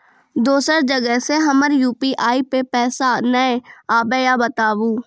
दोसर जगह से हमर यु.पी.आई पे पैसा नैय आबे या बताबू?